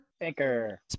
Anchor